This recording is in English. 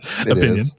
opinion